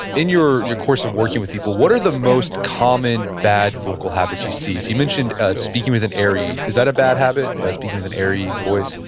in your your course of working with people, what are the most common bad vocal habits you see? you mentioned speaking with an airy, is that a bad habit, speaking with an airy voice?